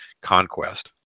conquest